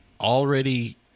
already